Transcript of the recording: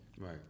Right